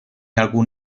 algún